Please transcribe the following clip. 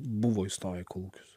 buvo įstoję į kolūkius